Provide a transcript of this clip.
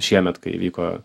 šiemet kai įvyko